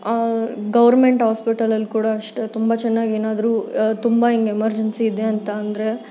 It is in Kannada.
ಗೌರ್ಮೆಂಟ್ ಹಾಸ್ಪಿಟಲಲ್ಲಿ ಕೂಡ ಅಷ್ಟೇ ತುಂಬ ಚೆನ್ನಾಗಿ ಏನಾದ್ರೂ ತುಂಬ ಹಿಂಗೆ ಎಮರ್ಜೆನ್ಸಿ ಇದೆ ಅಂತ ಅಂದರೆ